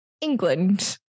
england